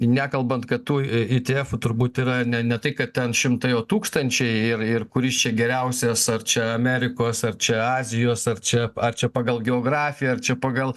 nekalbant kad tų i t efų turbūt yra ne ne tai kad ten šimtai o tūkstančiai ir ir kuris čia geriausias ar čia amerikos ar čia azijos ar čia ar čia pagal geografiją ar čia pagal